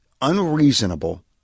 unreasonable